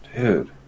Dude